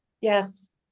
yes